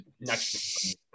next